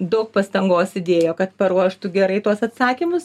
daug pastangos įdėjo kad paruoštų gerai tuos atsakymus